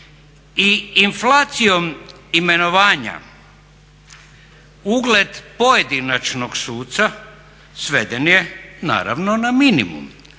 i inflacijom imenovanja ugled pojedinačnog suca sveden je naravno na minimum.